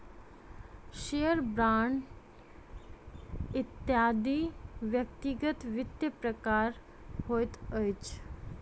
share, bond इत्यादि व्यक्तिगत वित्तक प्रकार होइत अछि